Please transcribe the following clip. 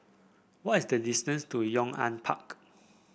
what is the distance to Yong An Park